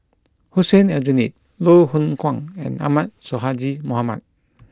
Hussein Aljunied Loh Hoong Kwan and Ahmad Sonhadji Mohamad